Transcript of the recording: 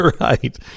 Right